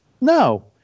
No